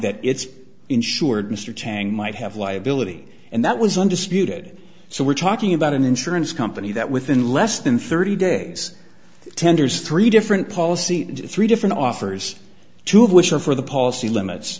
that it's insured mr chang might have liability and that was undisputed so we're talking about an insurance company that within less than thirty days tenders three different policy and three different offers two of which are for the policy limits